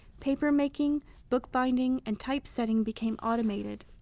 papermaking, bookbinding, and typesetting became automated.